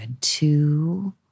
Two